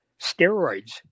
steroids